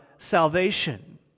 salvation